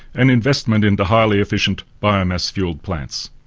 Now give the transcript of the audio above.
and investment into high efficient biomass-fuelled plants,